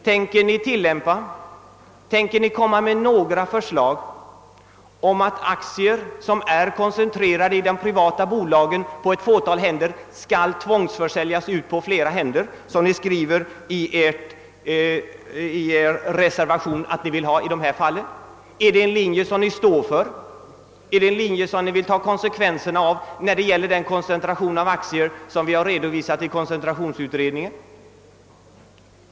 Tänker ni framlägga förslag om att aktier som är koncentrerade till ett fåtal händer i de privata bolagen skall tvångsförsäljas och spridas på flera händer, som ni skriver i reservationen att ni vill göra i här aktuella fall? Är det en linje som ni står för och vill ta konsekvenserna av när det gäller den koncentration av aktier som vi har redovisat i koncentrationsutredningen?